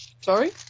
Sorry